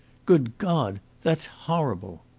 good god! that's horrible.